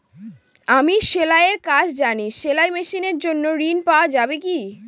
আমি সেলাই এর কাজ জানি সেলাই মেশিনের জন্য ঋণ পাওয়া যাবে কি?